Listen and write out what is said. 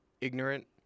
ignorant